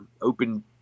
open